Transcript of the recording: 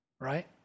right